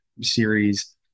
series